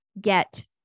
get